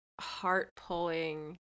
heart-pulling